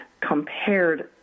compared